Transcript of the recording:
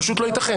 פשוט לא יתכן.